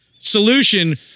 Solution